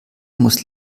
muss